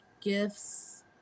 gifts